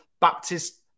Baptist